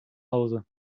hause